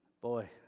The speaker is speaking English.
Boy